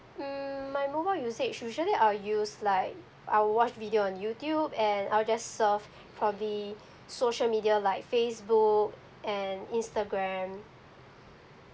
mm my mobile usage usually I'll use like I'll watch video on youtube and I'll just surf for the social media like facebook and instagram